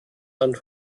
land